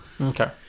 Okay